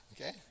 Okay